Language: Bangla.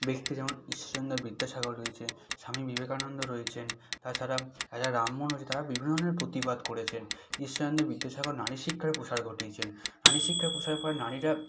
ব্যক্তি যেমন ঈশ্বরচন্দ্র বিদ্যাসাগর রয়েছে স্বামী বিবেকানন্দ রয়েছেন তাছাড়া রাজা রামমোহন রয়েছে তারা বিভিন্ন ধরনের প্রতিবাদ করেছেন ঈশ্বরচন্দ্র বিদ্যাসাগর নারী শিক্ষার প্রসার ঘটিয়েছেন নারী শিক্ষার প্রসারের পরে নারীরা